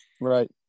Right